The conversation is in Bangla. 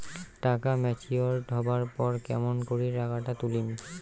টাকা ম্যাচিওরড হবার পর কেমন করি টাকাটা তুলিম?